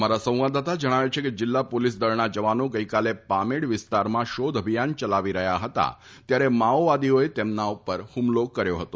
અમારા સંવાદદાતા જણાવે છે કે જીલ્લા પોલીસ દળના જવાનો ગઇકાલે પામેડ વિસ્તારમાં શોધ અભિયાન ચલાવી રહ્યા હતા ત્યારે માઓવાદીઓએ તેમના ઉપર હુમલો કર્યો હતો